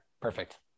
Perfect